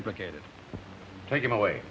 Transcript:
implicated taken away